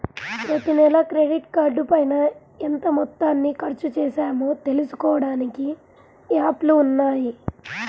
ప్రతినెలా క్రెడిట్ కార్డుపైన ఎంత మొత్తాన్ని ఖర్చుచేశామో తెలుసుకోడానికి యాప్లు ఉన్నయ్యి